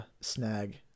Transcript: snag